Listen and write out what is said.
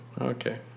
Okay